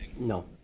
No